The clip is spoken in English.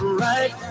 right